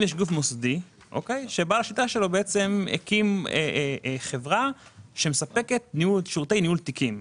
אם יש גוף מוסדי ובעל השליטה שבו הקים חברה שמספקת שירותי ניהול תיקים.